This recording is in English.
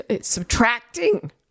Subtracting